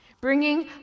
bringing